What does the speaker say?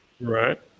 right